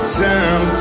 time